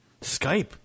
Skype